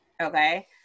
Okay